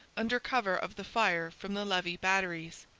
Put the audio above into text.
under cover of the fire from the levis batteries.